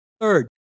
Third